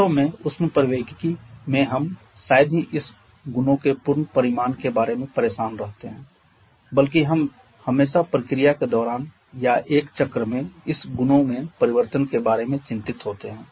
वास्तव में ऊष्मप्रवैगिकी में हम शायद ही इस गुणों के पूर्ण परिमाण के बारे में परेशान रहते हैं बल्किहम हमेशा प्रक्रिया के दौरान या एक चक्र में इस गुणों में परिवर्तन के बारे में चिंतित होते हैं